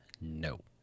No